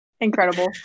incredible